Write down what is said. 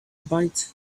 bite